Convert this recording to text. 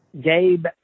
Gabe